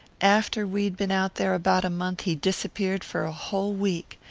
after we'd been out there about a month he disappeared for a whole week.